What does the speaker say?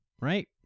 right